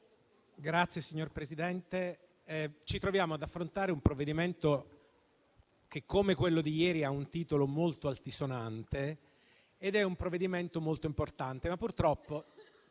Signor Presidente, ci troviamo ad affrontare un provvedimento che, come quello di ieri, ha un titolo molto altisonante ed è molto importante, ma purtroppo,